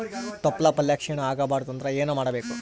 ತೊಪ್ಲಪಲ್ಯ ಕ್ಷೀಣ ಆಗಬಾರದು ಅಂದ್ರ ಏನ ಮಾಡಬೇಕು?